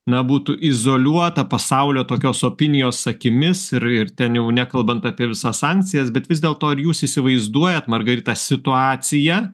na būtų izoliuota pasaulio tokios opinijos akimis ir ir ten jau nekalbant apie visas sankcijas bet vis dėlto ar jūs įsivaizduojat margarita situaciją